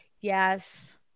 yes